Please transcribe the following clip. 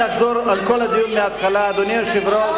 אתם הצעתם זכות הצבעה ליורדים.